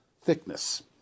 thickness